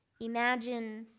Imagine